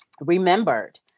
remembered